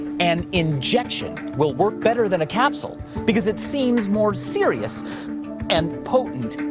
an injection will work better than a capsule, because it seems more serious and potent.